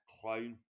clown